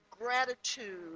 gratitude